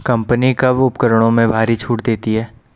Company कब कब उपकरणों में भारी छूट देती हैं?